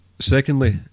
secondly